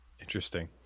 Interesting